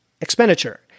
expenditure